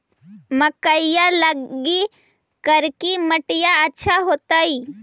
मकईया लगी करिकी मिट्टियां अच्छा होतई